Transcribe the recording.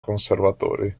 conservatori